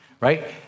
Right